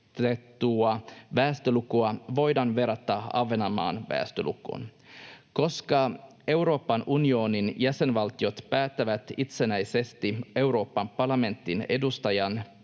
väestölukua voidaan verrata Ahvenanmaan väestölukuun. Koska Euroopan unionin jäsenvaltiot päättävät itsenäisesti Euroopan parlamentin